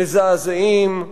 מזעזעים.